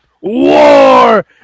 war